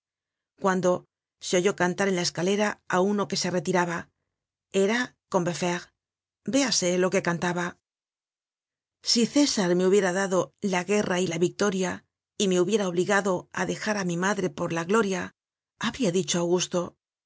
cuando se oyó cantar en la escalera á uno que se retiraba era combeferre véase lo que cantaba si césar me hubiera dado la guerra y la victoria y me hubiera obligado a dejar á mi madre por la gloria habría dicho á augusto